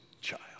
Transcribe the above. child